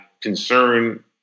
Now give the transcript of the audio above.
concern